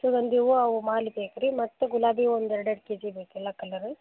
ಸುಗಂಧಿ ಹೂವಾ ಅವು ಮಾಲೆ ಬೇಕು ರೀ ಮತ್ತೆ ಗುಲಾಬಿ ಹೂವಾ ಒಂದು ಎರಡೆರಡು ಕೆ ಜಿ ಬೇಕು ಎಲ್ಲ ಕಲರ್